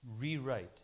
rewrite